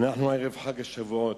אנחנו ערב חג השבועות,